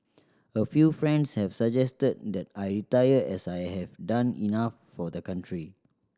a few friends have suggested that I retire as I have done enough for the country